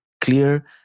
clear